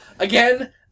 Again